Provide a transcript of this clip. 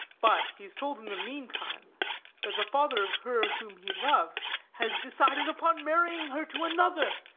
but he is told in the meantime that the father of her whom he loves has decided upon marrying her to another,